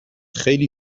خیلی